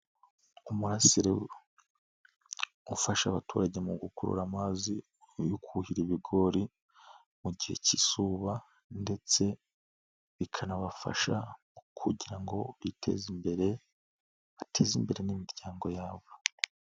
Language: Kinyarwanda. Umurasire ufasha abaturage mu gukurura amazi yo kuhira ibigori mu gihe k'izuba ndetse bikanabafasha kugira ngo biteze imbere bateze imbere n'imiryango yabo.